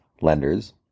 lenders